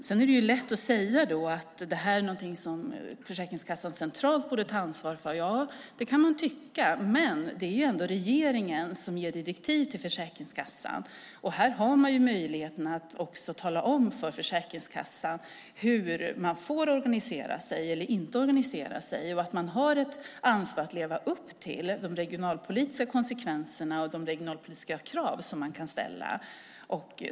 Det är lätt att säga att det här är någonting som Försäkringskassan centralt borde ta ansvar för. Ja, det kan man tycka, men det är ändå regeringen som ger direktiv till Försäkringskassan. Här har man ju möjligheten att tala om för Försäkringskassan hur de får eller inte får organisera sig och att de har ett ansvar att leva upp till de regionalpolitiska krav som kan ställas.